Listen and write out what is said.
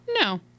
No